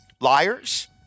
Liars